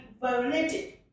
violated